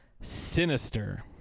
sinister